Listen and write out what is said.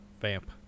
Vamp